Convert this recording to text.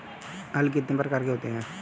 हल कितने प्रकार के होते हैं?